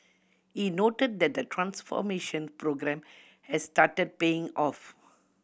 he noted that the transformation programme has started paying off